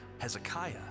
Hezekiah